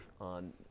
on